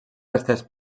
restes